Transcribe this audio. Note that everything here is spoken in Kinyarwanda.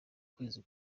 kwezi